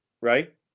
right